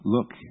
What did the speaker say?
Look